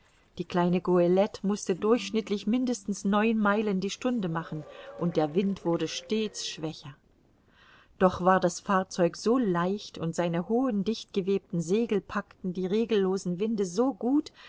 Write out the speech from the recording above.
die kleine goelette mußte durchschnittlich mindestens neun meilen die stunde machen und der wind wurde stets schwächer doch war das fahrzeug so leicht und seine hohen dicht gewebten segel packten die regellosen winde so gut